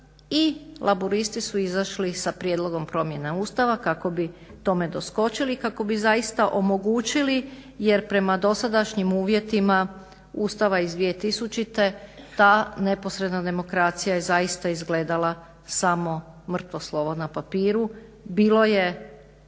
i Laburisti su izašli sa prijedlogom promjena Ustava kako bi tome doskočili i kako bi zaista omogućili jer prema dosadašnjim uvjetima Ustava iz 2000. ta neposredna demokracija je zaista izgledala samo mrtvo slovo na papiru. Bilo je